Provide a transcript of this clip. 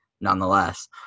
nonetheless